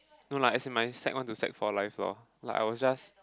no lah as in my sec one to sec four life lor like I was just